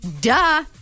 duh